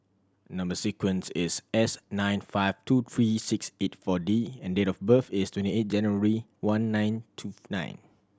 number sequence is S nine five two three six eight Four D and date of birth is twenty eight January one nine two nine